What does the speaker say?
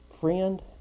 friend